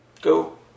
Go